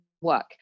work